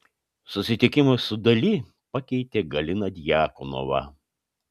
susitikimas su dali pakeitė galiną djakonovą